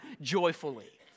joyfully